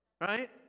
right